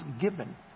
given